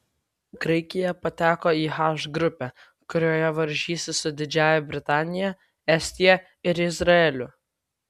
graikija pateko į h grupę kurioje varžysis su didžiąja britanija estija ir izraeliu